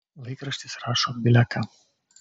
laikraštis rašo bile ką